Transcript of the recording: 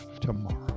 tomorrow